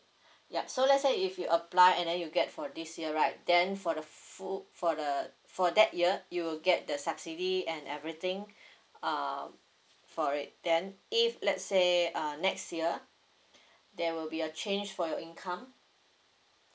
ya so let's say if you apply and then you get for this year right then for the full for the for that year you will get the subsidy and everything um for it then if let's say uh next year there will be a change for your income